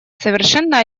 совершенно